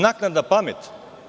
Naknadna pamet?